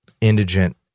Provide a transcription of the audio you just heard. indigent